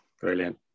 brilliant